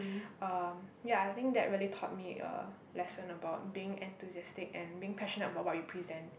uh ya I think that really taught me a lesson about being enthusiastic and being passionate about what we present